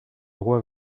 roi